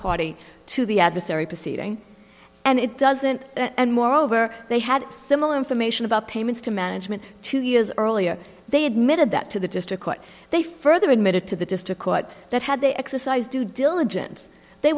party to the adversary proceeding and it doesn't and moreover they had similar information about payments to management two years earlier they admitted that to the district court they further admitted to the district court that had they exercise due diligence they